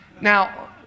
Now